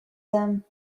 them